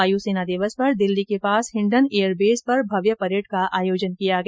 वायु सेना दिवस पर दिल्ली के पास हिंडन एयर बेस पर भव्य परेड का आयोजन किया गया